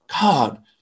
God